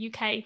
uk